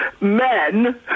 men